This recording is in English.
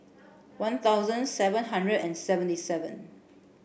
one thousand seven hundred and seventy seven